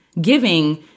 giving